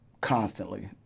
constantly